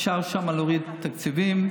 אפשר שם להוריד תקציבים,